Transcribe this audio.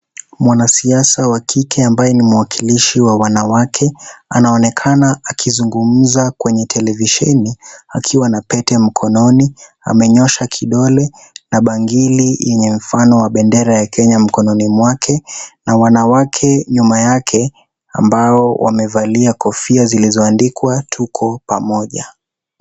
Mwanasisa wa kike ambaye ni mwanakilishi wa wanawake anaonekana akizungumza kwenye televisheni akiwa na Pete mkononi. Amenyoosha kidole na bangili yenye mfano wa bendera wa Kenya n mkononi mwake na wanawake nyuma yake ambao wamevalia kofia zilizoandikwa tuko pamoja.